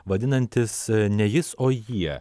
vadinantis ne jis o jie